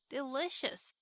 Delicious